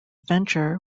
venture